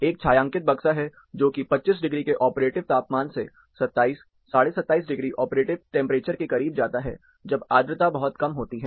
एक छायांकित बक्सा है जो कि 25 डिग्री के ऑपरेटिव तापमान से 27 275 डिग्री ऑपरेटिव टेंपरेचर के करीब जाता है जब आद्रता बहुत कम होती है